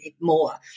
more